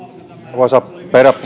arvoisa rouva